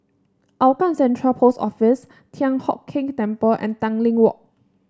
Hougang Central Post Office Thian Hock Keng Temple and Tanglin Walk